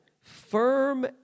firm